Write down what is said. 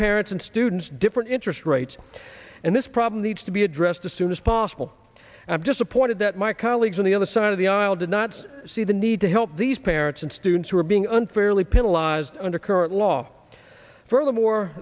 parents and students different interest rates and this problem needs to be addressed as soon as possible i'm just appointed that my colleagues on the other side of the aisle did not see the need to help these parents and students who are being unfairly penalized under current law furthermore